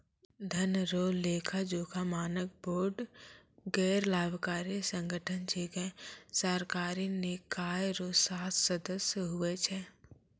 धन रो लेखाजोखा मानक बोर्ड गैरलाभकारी संगठन छिकै सरकारी निकाय रो सात सदस्य हुवै छै